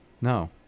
No